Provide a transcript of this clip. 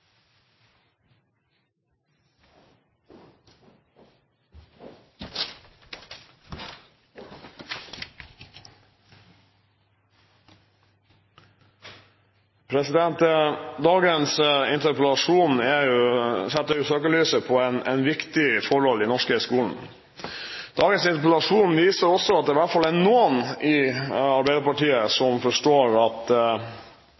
Dagens interpellasjon setter søkelyset på et viktig forhold i den norske skolen. Dagens interpellasjon viser at det i hvert fall er noen i Arbeiderpartiet